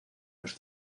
los